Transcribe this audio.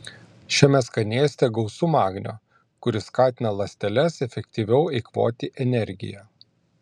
šiame skanėste gausu magnio kuris skatina ląsteles efektyviau eikvoti energiją